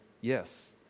yes